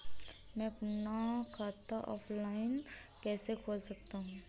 मैं अपना खाता ऑफलाइन कैसे खोल सकता हूँ?